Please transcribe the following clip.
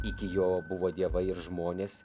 iki jo buvo dievai ir žmonės